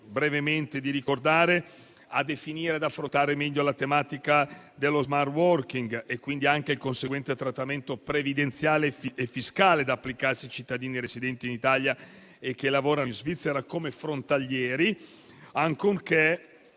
impegna il Governo a definire e affrontare meglio la tematica dello *smart working* e il conseguente trattamento previdenziale e fiscale da applicarsi ai cittadini residenti in Italia che lavorano in Svizzera come frontalieri, ancorché